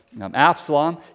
Absalom